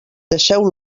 deixeu